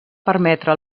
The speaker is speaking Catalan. permetre